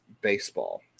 Baseball